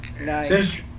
Nice